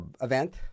event